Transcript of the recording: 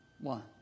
one